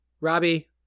Robbie